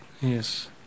Yes